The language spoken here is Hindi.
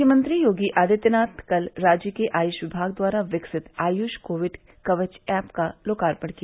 मुख्यमंत्री योगी आदित्यनाथ ने कल राज्य के आयुष विभाग द्वारा विकसित आयुष कोविड कवच ऐप का लोकार्पण किया